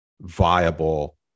viable